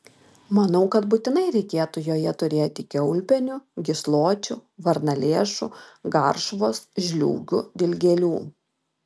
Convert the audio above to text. manau kad būtinai reikėtų joje turėti kiaulpienių gysločių varnalėšų garšvos žliūgių dilgėlių